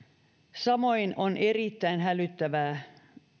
samoin on erittäin hälyttävää